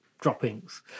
droppings